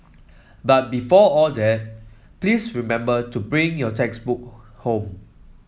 but before all that please remember to bring your textbook home